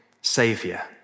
Saviour